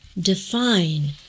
define